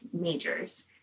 majors